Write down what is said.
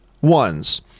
ones